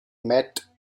met